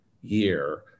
year